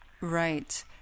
right